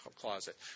closet